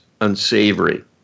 unsavory